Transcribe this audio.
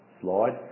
slide